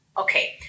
okay